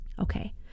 Okay